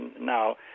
now